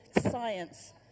science